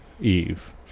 Eve